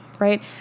right